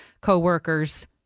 coworkers